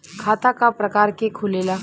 खाता क प्रकार के खुलेला?